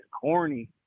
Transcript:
corny